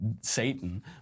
Satan